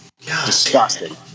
Disgusting